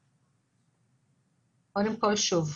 שוב,